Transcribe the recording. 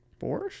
borscht